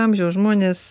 amžiaus žmonės